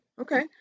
okay